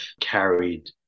carried